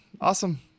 Awesome